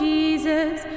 Jesus